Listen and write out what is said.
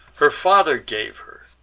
her father gave her,